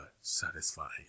satisfying